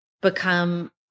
become